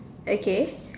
okay